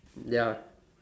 ya